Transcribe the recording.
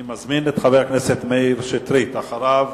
אני מזמין את חבר הכנסת מאיר שטרית, ואחריו,